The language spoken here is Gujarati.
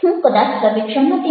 હું કદાચ સર્વેક્ષણમાં તે મૂકીશ